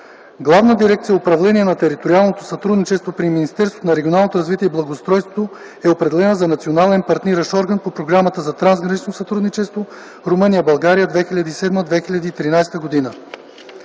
Главна дирекция „Управление на териториалното сътрудничество” при Министерството на регионалното развитие и благоустройството е определена за национален партниращ орган по Програмата за трансгранично сътрудничество България – Румъния (2007-2013 г.).